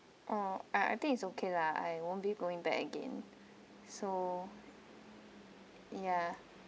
mm I I think it's okay lah I won't be going back again so ya